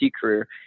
career